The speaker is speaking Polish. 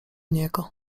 niego